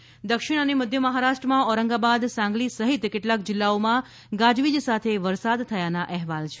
મહારાષ્ટ્ર વરસાદ દક્ષિણ અને મધ્ય મહારાષ્ટ્રના ઔરંગાબાદ સાંગલી સહિત કેટલાક જિલ્લાઓમાં ગાજવીજ સાથે વરસાદ થયાના અહેવાલ છે